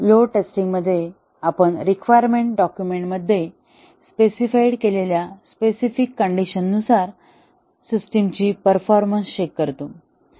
load टेस्टिंगमध्ये आपण requirement document मध्ये स्पेसिफाईड केलेल्या स्पेसिफिक कंडिशन नुसार सिस्टमची परफॉर्मन्स चेक करतो